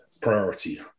priority